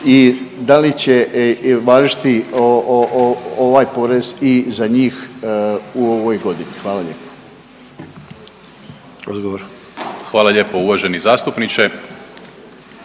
i da li će važiti ovaj porez i za njih u ovoj godini? Hvala lijepo. **Sanader, Ante